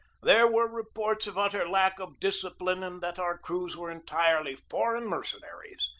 there were reports of utter lack of discipline and that our crews were entirely foreign mercenaries.